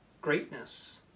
greatness